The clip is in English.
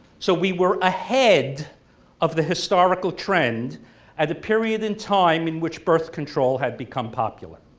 so we were ahead of the historical trend at the period in time in which birth control had become popular.